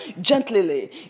gently